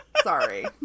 Sorry